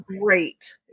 great